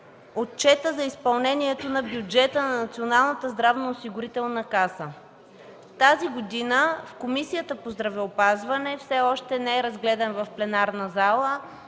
отчета за изпълнението на бюджета на Националната здравноосигурителна каса. Тази година в Комисията по здравеопазването – все още не е разгледан в пленарната зала,